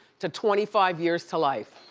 to twenty five years to life.